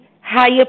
higher